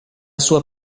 sua